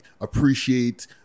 appreciate